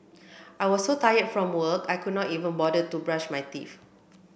I was so tired from work I could not even bother to brush my teeth